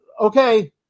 Okay